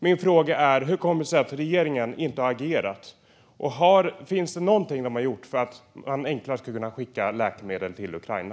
Min fråga är: Hur kommer det sig att regeringen inte har agerat, och finns det någonting som regeringen har gjort för att man enklare ska kunna skicka läkemedel till Ukraina?